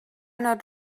not